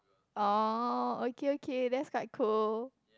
oh okay okay that's quite cool